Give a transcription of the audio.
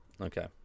Okay